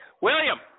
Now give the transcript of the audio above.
William